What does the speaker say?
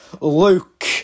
Luke